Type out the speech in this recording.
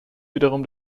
wiederum